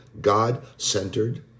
God-centered